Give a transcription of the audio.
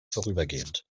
vorübergehend